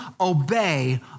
obey